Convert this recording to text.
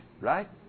right